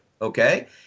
okay